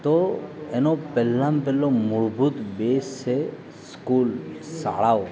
તો એનો પહેલામાં પહેલો મૂળભૂત બેઝ છે સ્કૂલ શાળાઓ